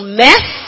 mess